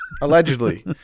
allegedly